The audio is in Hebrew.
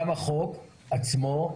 גם החוק עצמו,